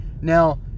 Now